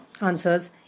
answers